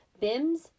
Bim's